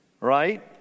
Right